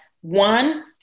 one